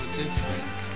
different